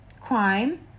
crime